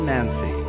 Nancy